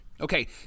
Okay